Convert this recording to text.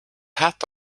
hat